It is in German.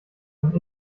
von